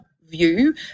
view